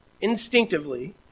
instinctively